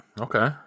Okay